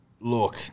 Look